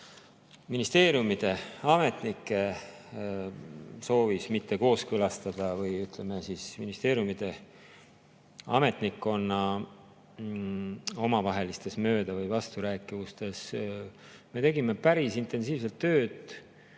ministeeriumide ametnike soovis mitte kooskõlastada või, ütleme siis, ministeeriumide ametnikkonna omavahelistes mööda‑ või vasturääkimistes. Me tegime päris intensiivselt tööd.